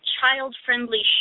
child-friendly